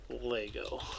Lego